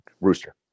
Rooster